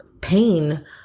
pain